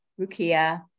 Rukia